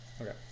okay